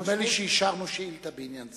המשמעות, נדמה לי שאישרנו שאילתא בעניין זה.